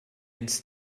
ins